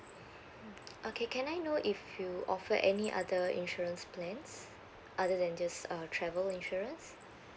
okay can I know if you offer any other insurance plans other than just uh travel insurance